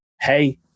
hey